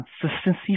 consistency